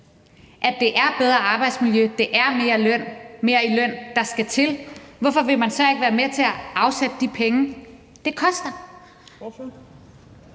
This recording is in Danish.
at det er et bedre arbejdsmiljø, at det er mere i løn, der skal til, hvorfor vil man så ikke at være med til at afsætte de penge, det koster?